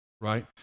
right